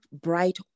bright